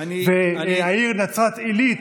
והעיר נצרת עילית,